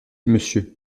monsieur